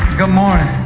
good morning!